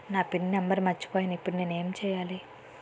నా pin number మర్చిపోయాను ఇప్పుడు నేను ఎంచేయాలి?